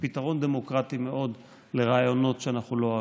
פתרון דמוקרטי מאוד לרעיונות שאנחנו לא אוהבים.